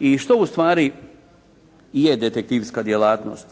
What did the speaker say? I što u stvari je detektivska djelatnost?